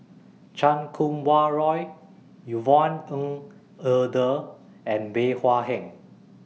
Chan Kum Wah Roy Yvonne Ng Uhde and Bey Hua Heng